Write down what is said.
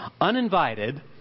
uninvited